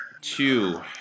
two